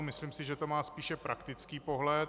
Myslím si, že to má spíše praktický pohled.